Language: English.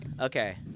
okay